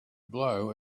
blow